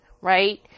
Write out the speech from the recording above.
right